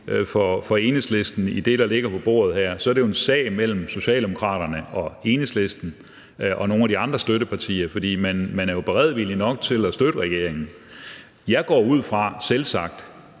for Enhedslisten i det, der ligger på bordet her, så er det jo en sag mellem Socialdemokraterne og Enhedslisten og nogle af de andre støttepartier; for man er jo beredvillig nok med hensyn til at støtte regeringen. Jeg går selvsagt